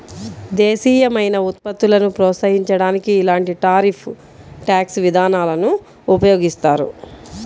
దేశీయమైన ఉత్పత్తులను ప్రోత్సహించడానికి ఇలాంటి టారిఫ్ ట్యాక్స్ విధానాలను ఉపయోగిస్తారు